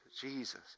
Jesus